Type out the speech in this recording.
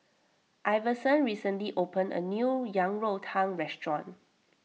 Iverson recently opened a new Yang Rou Tang restaurant